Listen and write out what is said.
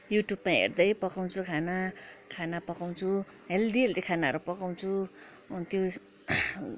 युट्युबमा हेर्दै पकाउँछु खाना खाना पकाउँछु हेल्दी हेल्दी खानाहरू पकाउँछु त्यो